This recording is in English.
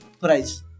price